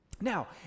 Now